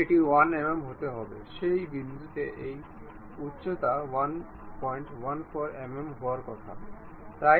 আসুন আমরা কেবল এই চাকাগুলি সেট আপ করি